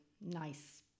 nice